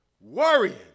worrying